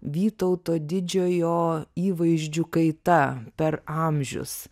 vytauto didžiojo įvaizdžių kaita per amžius